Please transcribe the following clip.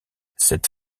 cette